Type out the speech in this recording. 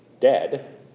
dead